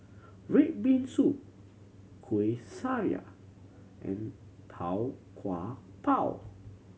red bean soup Kueh Syara and Tau Kwa Pau